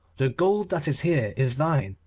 the gold that is here is thine,